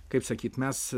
kaip sakyt mes